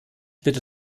bitte